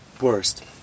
worst